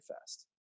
fast